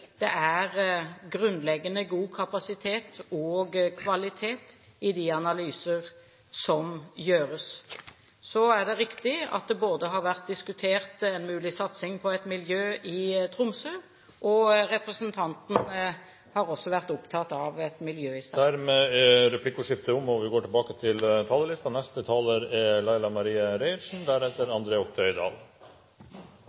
det er grunnleggende god kapasitet og kvalitet når det gjelder de analyser som gjøres. Så er det riktig at det har vært diskutert en mulig satsing på et miljø i Tromsø, og representanten har også vært opptatt av et miljø i Stavanger. Replikkordskiftet er omme. Helst skulle vi ha unngått å stå her i denne salen og